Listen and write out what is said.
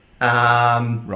Right